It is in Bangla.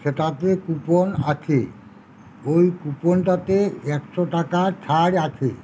সেটাতে কুপন আছে ওই কুপনটাতে একশো টাকা ছাড় আছে